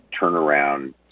turnaround